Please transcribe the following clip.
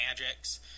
magics